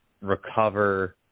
recover